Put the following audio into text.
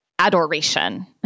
adoration